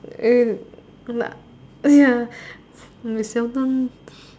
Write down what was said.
eh good lah ya we seldom